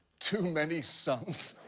too many sons?